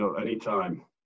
Anytime